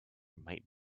might